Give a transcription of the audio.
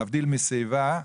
להבדיל משיבה,